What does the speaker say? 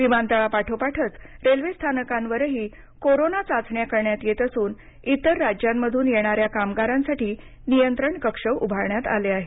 विमानतळांपाठोपाठ रेल्वेस्थानकांवरही कोरोना चाचण्या करण्यात येत असून इतर राज्यांमधून येणाऱ्या कामगारांसाठी नियंत्रण कक्ष उभारण्यात आले आहेत